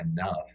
enough